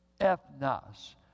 Ethnos